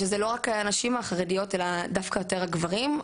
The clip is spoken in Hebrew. שזה לא רק הנשים החרדיות אלא דווקא יותר הגברים,